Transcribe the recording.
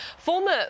Former